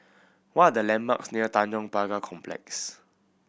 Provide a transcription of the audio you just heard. what are the landmarks near Tanjong Pagar Complex